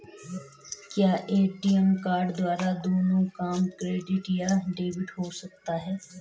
क्या ATM card द्वारा दोनों काम क्रेडिट या डेबिट हो सकता है?